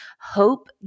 Hope